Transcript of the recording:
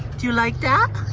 do you like that?